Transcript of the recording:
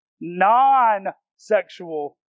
Non-sexual